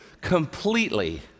completely